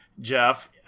Jeff